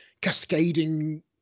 cascading